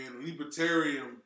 Libertarian